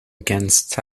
against